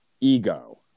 ego